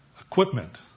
equipment